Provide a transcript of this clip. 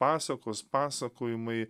pasakos pasakojimai